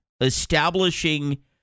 establishing